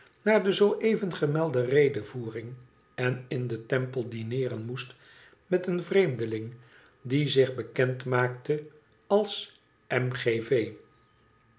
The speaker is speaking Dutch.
naar de zoo even gemelde redevoering en in den temple dineeren moest met een vreemdeling die zich bekend maakte als m g v